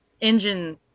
engine